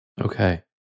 Okay